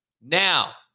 Now